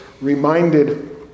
reminded